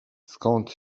skąd